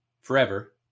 forever